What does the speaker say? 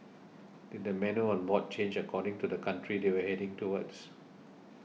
did the menu on board change according to the country they were heading towards